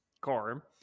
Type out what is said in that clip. car